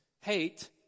hate